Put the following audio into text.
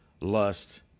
lust